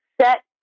set